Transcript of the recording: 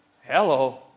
Hello